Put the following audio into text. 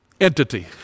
entity